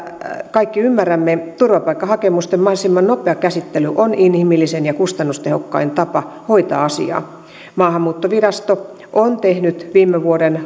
kaikki ymmärrämme turvapaikkahakemusten mahdollisimman nopea käsittely on inhimillisin ja kustannustehokkain tapa hoitaa asiaa maahanmuuttovirasto on tehnyt viime vuoden